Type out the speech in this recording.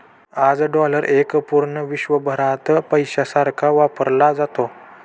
आज डॉलर एक पूर्ण विश्वभरात पैशासारखा वापरला जातो